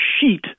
sheet